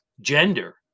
gender